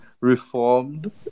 reformed